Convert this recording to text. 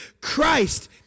Christ